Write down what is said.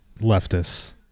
leftist